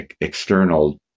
external